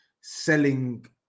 selling